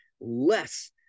less